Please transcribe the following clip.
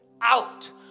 out